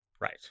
Right